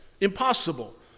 Impossible